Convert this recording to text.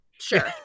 Sure